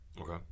okay